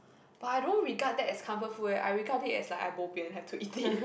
but I don't regard that as comfort food eh I regard it as like I bo bian have to eat it